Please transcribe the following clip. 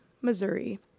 Missouri